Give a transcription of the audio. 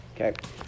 Okay